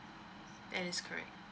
that's correct